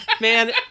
Man